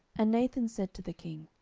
and nathan said to the king,